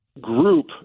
group